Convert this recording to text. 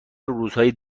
روزهای